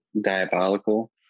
diabolical